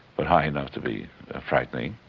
but high enough to be frightening.